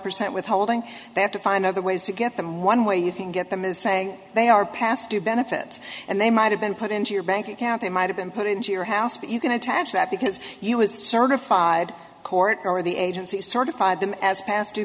percent withholding they have to find other ways to get them one way you can get them is saying they are past due benefits and they might have been put into your bank account they might have been put into your house but you can attach that because you would certified court or the agency certified them as p